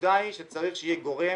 הנקודה היא שצריך שיהיה גורם